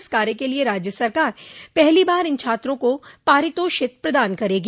इस कार्य के लिये राज्य सरकार पहली बार इन छात्रों को पारितोषित प्रदान करेगी